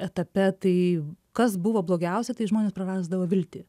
etape tai kas buvo blogiausia tai žmonės prarasdavo viltį